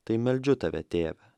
tai meldžiu tave tėve